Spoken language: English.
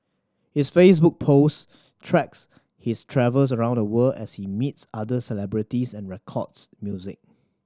his Facebook post tracks his travels around the world as he meets other celebrities and records music